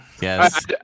Yes